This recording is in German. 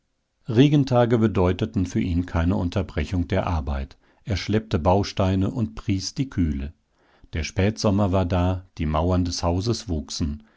regentage bedeuteten für ihn keine unterbrechung der arbeit er schleppte bausteine und pries die kühle der spätsommer war da die mauern des hauses wuchsen